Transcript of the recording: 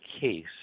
case